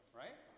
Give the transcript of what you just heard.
right